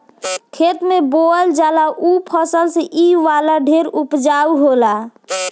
खेत में बोअल जाला ऊ फसल से इ वाला ढेर उपजाउ होला